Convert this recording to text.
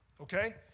Okay